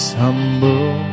humble